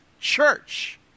church